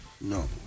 No